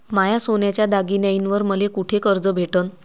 माया सोन्याच्या दागिन्यांइवर मले कुठे कर्ज भेटन?